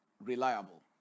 reliable